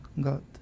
god